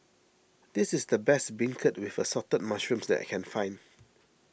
this is the best Beancurd with Assorted Mushrooms that I can find